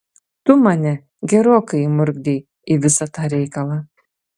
tu mane gerokai įmurkdei į visą tą reikalą